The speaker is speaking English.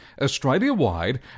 Australia-wide